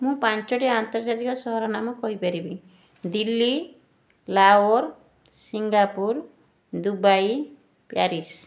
ମୁଁ ପାଞ୍ଚୋଟି ଆନ୍ତର୍ଜାତିକ ସହର ନାମ କହିପାରିବି Delhi Lahore Singapore Dubai Paris